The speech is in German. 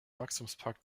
wachstumspakt